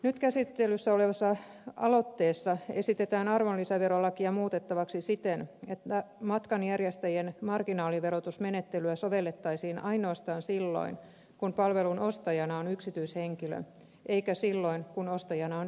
nyt käsittelyssä olevassa aloitteessa esitetään arvonlisäverolakia muutettavaksi siten että matkanjärjestäjien marginaaliverotusmenettelyä sovellettaisiin ainoastaan silloin kun palvelun ostajana on yksityishenkilö eikä silloin kun ostajana on yritys